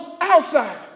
outside